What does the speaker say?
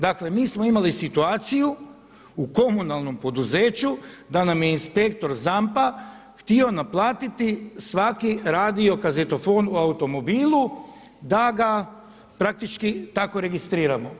Dakle mi smo imali situaciju u komunalnom poduzeću da nam je inspektor ZAMP-a htio naplatiti svaki radio kazetofon u automobilu da ga praktički tako registriramo.